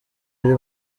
buri